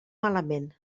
malament